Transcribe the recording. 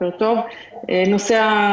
נושא ה,